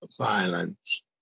violence